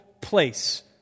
place